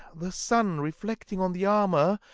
the sun, reflecting on the armour,